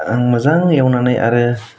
आं मोजां एउनानै आरो